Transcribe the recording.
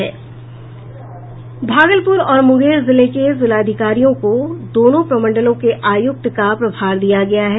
भागलपुर और मुंगेर जिले के जिलाधिकारियों को दोनों प्रमंडलों के आयुक्त का प्रभार दिया गया है